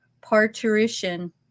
parturition